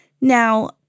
Now